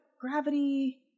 gravity